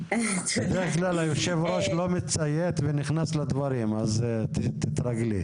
בדרך כלל היושב ראש לא מציית ונכנס לדברים אז תתרגלי.